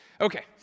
Okay